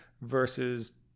versus